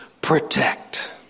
protect